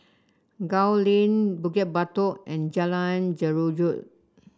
Gul Lane Bukit Batok and Jalan Jeruju